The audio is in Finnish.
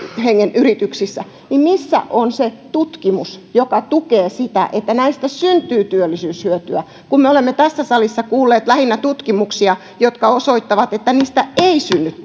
hengen yrityksissä missä on se tutkimus joka tukee sitä että näistä syntyy työllisyyshyötyä me olemme tässä salissa kuulleet lähinnä tutkimuksia jotka osoittavat että niistä ei synny